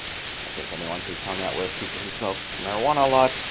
i think anyone who's hung out with people who smoke marijuana a lot,